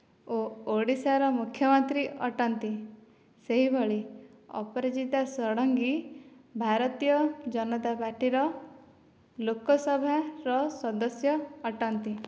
ଓ ଓଡ଼ିଶାର ମୁଖ୍ୟମନ୍ତ୍ରୀ ଅଟନ୍ତି ସେହିଭଳି ଅପରାଜିତା ଷଡଙ୍ଗୀ ଭାରତୀୟ ଜନତା ପାଟିର ଲୋକସଭା ର ସଦସ୍ୟ ଅଟନ୍ତି